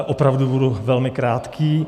Opravdu budu velmi krátký.